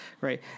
Right